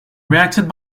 reacted